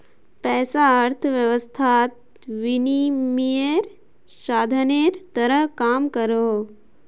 पैसा अर्थवैवस्थात विनिमयेर साधानेर तरह काम करोहो